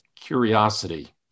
curiosity